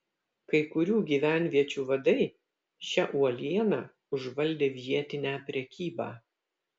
kai kurių gyvenviečių vadai šia uoliena užvaldė vietinę prekybą